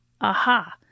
Aha